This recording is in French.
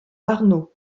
arno